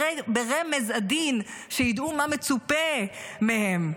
ברמז עדין, שידעו מה מצופה מהם.